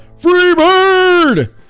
Freebird